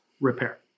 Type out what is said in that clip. repair